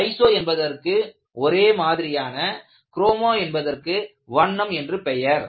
iso என்பதற்கு ஒரே மாதிரியான குரோமா என்பதற்கு வண்ணம் என்று பெயர்